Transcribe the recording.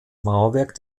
mauerwerk